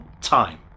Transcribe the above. time